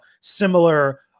similar